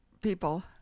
people